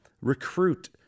recruit